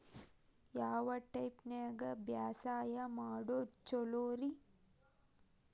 ಯಾವ ಟೈಪ್ ನ್ಯಾಗ ಬ್ಯಾಸಾಯಾ ಮಾಡೊದ್ ಛಲೋರಿ?